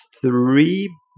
three